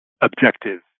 objective